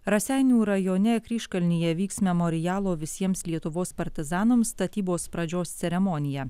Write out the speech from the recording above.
raseinių rajone kryžkalnyje vyks memorialo visiems lietuvos partizanams statybos pradžios ceremoniją